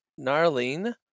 Narlene